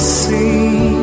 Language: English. see